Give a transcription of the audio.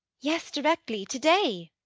yes, directly, to-day.